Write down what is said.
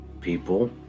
People